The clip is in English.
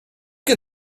can